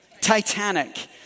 Titanic